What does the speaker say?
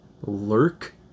lurk